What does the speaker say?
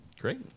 Great